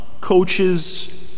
Coaches